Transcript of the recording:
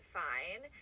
fine